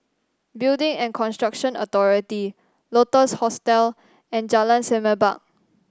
Building and Construction Authority Lotus Hostel and Jalan Semerbak